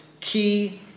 key